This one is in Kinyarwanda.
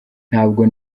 ntabwo